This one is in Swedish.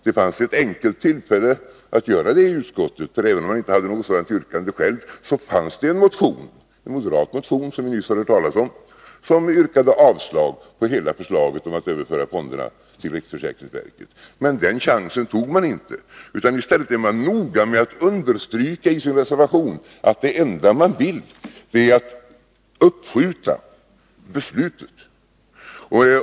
Det fanns ett enkelt tillfälle att göra det i utskottet, för även om man inte hade ett sådant yrkande själv fanns en moderat motion där det yrkades avslag på hela förslaget om att överföra fonderna till riksförsäkringsverket. Men den chansen tog man inte. I stället är man i reservationen noga med att understryka att det enda man vill är att uppskjuta beslutet.